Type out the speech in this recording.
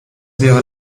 wäre